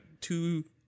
two